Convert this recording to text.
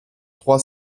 trois